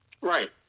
Right